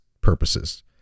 purposes